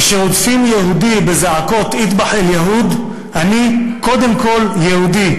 כשרודפים יהודי בזעקות "אטבח אל-יהוד" אני קודם כול יהודי,